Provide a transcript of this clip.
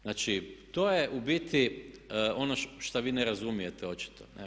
Znači to je u biti ono što vi ne razumijete očito.